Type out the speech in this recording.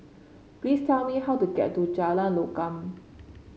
please tell me how to get to Jalan Lokam